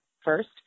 first